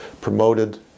promoted